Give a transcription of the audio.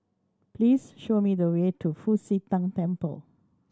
please show me the way to Fu Xi Tang Temple